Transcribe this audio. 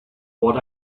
what